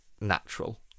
natural